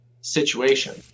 situation